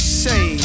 say